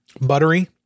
buttery